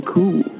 Cool